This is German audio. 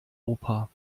oper